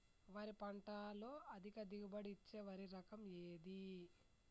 వరి పంట లో అధిక దిగుబడి ఇచ్చే వరి రకం ఏది?